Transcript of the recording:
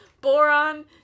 boron